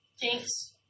Thanks